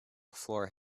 floor